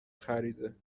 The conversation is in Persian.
خریده